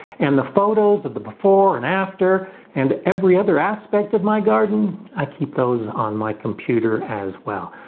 and the photos of the before and after and every other aspect of my garden. i keep those on my computer as well.